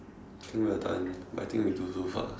think we are done but I think we do too fast